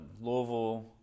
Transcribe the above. louisville